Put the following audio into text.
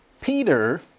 Peter